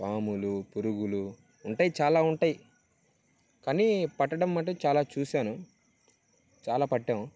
పాములు పురుగులు ఉంటాయి చాలా ఉంటాయి కానీ పట్టడం మటుకు చాలా చూశాను చాలా పట్టాము